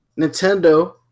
Nintendo